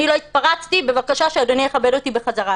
אני לא התפרצתי, בבקשה שאדוני יכבד אותי בחזרה.